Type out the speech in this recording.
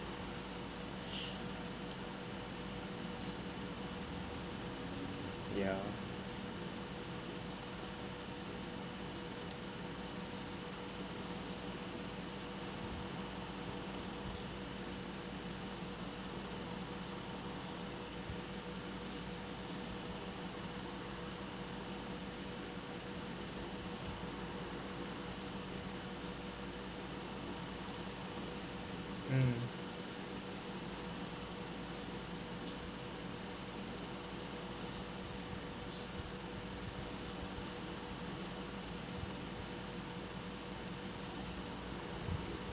ya mm